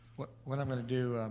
what what i'm gonna do,